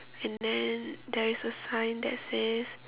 and then there is a sign that says